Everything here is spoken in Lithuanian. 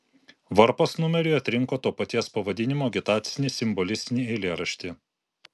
varpas numeriui atrinko to paties pavadinimo agitacinį simbolistinį eilėraštį